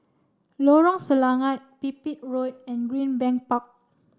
Lorong Selangat Pipit Road and Greenbank Park